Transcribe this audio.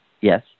Yes